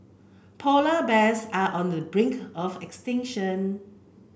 polar bears are on the brink of extinction